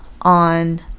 on